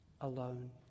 alone